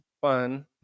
fun